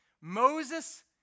Moses